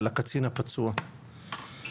לקצין הפצוע.